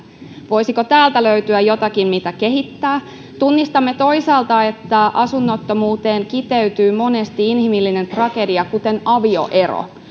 voisiko täältä löytyä jotakin mitä kehittää tunnistamme toisaalta että asunnottomuuteen kiteytyy monesti inhimillinen tragedia kuten avioero